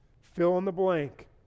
fill-in-the-blank